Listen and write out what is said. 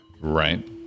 right